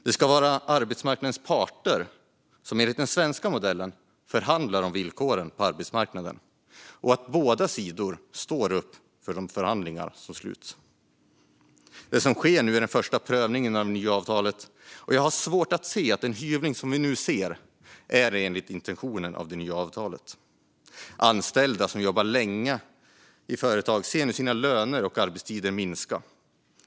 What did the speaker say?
Det ska vara arbetsmarknadens parter som enligt den svenska modellen förhandlar om villkoren på arbetsmarknaden, och båda sidor ska stå upp för de överenskommelser som sluts. Det som nu sker är den första prövningen av det nya avtalet. Jag har svårt att se att den hyvling som vi nu ser är enligt det nya avtalets intention. Anställda som jobbat länge i företaget ser nu sin lön och arbetstid minska.